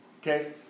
Okay